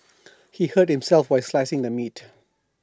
he hurt himself while slicing the meat